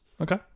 Okay